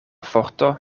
forto